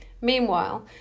Meanwhile